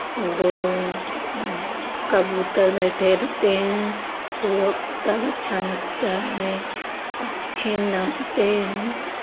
दो कबूतर बैठे रहते हैं तो तब अच्छा लगता है पक्षी नाचते हैं